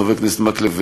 חבר הכנסת מקלב,